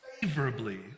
favorably